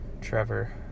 Trevor